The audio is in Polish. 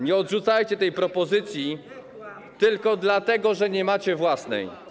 Nie odrzucajcie tej propozycji tylko dlatego, że nie macie własnej.